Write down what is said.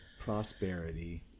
prosperity